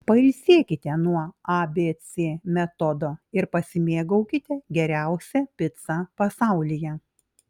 pailsėkite nuo abc metodo ir pasimėgaukite geriausia pica pasaulyje